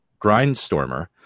Grindstormer